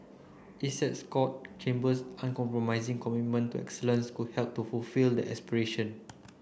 Essex Court Chambers uncompromising commitment to excellence could help to fulfil that aspiration